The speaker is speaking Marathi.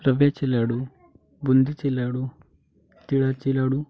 रव्याची लाडू बुंदीचे लाडू तिळाची लाडू